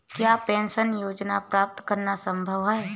क्या पेंशन योजना प्राप्त करना संभव है?